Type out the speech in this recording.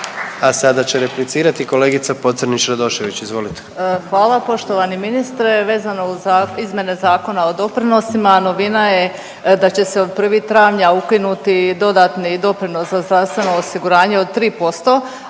A sada će replicirati kolegica Pocrnić Radošević izvolite. **Pocrnić-Radošević, Anita (HDZ)** Hvala. Poštovani ministre, vezano za izmjene Zakona o doprinosima novina je da će se od 1. travnja ukinuti dodatni doprinos za zdravstveno osiguranje od 3%,